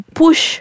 push